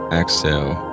exhale